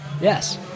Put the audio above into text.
Yes